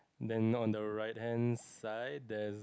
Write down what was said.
then on the right hand side there